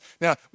Now